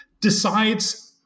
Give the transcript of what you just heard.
decides